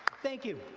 thank you.